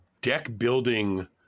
deck-building